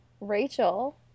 Rachel